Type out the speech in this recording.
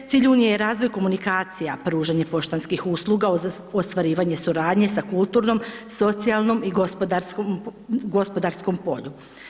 Cilj unije je razvoj komunikacija pružanja poštanskih usluga u ostvarivanje suradnje sa kulturnom, socijalnom i gospodarskom polju.